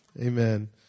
Amen